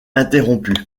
interrompue